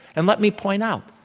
and let me point out,